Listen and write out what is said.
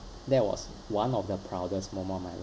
that was one of the proudest moment of my life